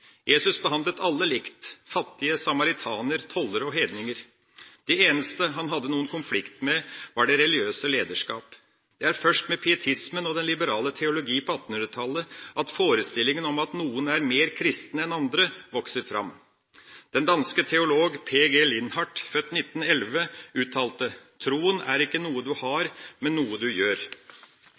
behandlet alle likt – fattige samaritanere, tollere og hedninger. De eneste han hadde noen konflikt med, var det religiøse lederskapet. Det er først med pietismen og den liberale teologi på 1800-tallet at forestillingen om at noen er mer kristne enn andre, vokser fram. Den danske teolog P.G. Lindhardt, født i 1910, uttalte at troen er ikke noe du har, men noe du gjør.